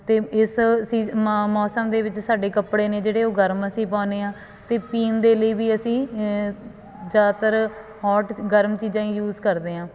ਅਤੇ ਇਸ ਸੀਜ ਮੌ ਮੌਸਮ ਦੇ ਵਿੱਚ ਸਾਡੇ ਕੱਪੜੇ ਨੇ ਜਿਹੜੇ ਉਹ ਗਰਮ ਅਸੀਂ ਪਾਉਦੇ ਹਾਂ ਅਤੇ ਪੀਣ ਦੇ ਲਈ ਵੀ ਅਸੀਂ ਜ਼ਿਆਦਾਤਰ ਹੋਟ ਚ ਗਰਮ ਚੀਜ਼ਾਂ ਯੂਜ ਕਰਦੇ ਹਾਂ